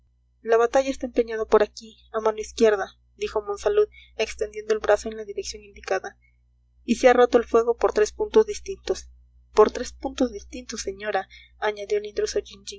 la batalla está empeñada por aquí a mano izquierda dijo monsalud extendiendo el brazo en la dirección indicada y se ha roto el fuego por tres puntos distintos por tres puntos distintos señora añadió